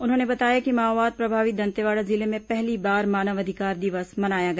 उन्होंने बताया कि माओवाद प्रभावित दंतेवाड़ा जिले में पहली बार मानव अधिकार दिवस मनाया गया